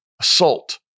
assault